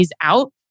out